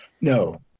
No